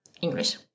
English